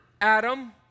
Adam